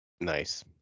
Nice